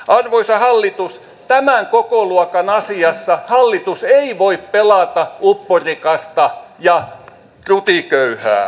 arvoisa hallitus tämän kokoluokan asiassa hallitus ei voi pelata upporikasta ja rutiköyhää